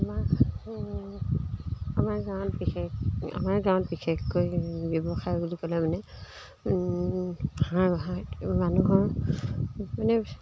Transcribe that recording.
আমাৰ আমাৰ গাঁৱত বিশেষ আমাৰ গাঁৱত বিশেষকৈ ব্যৱসায় বুলি ক'লে মানে হা মানুহৰ মানে